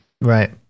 Right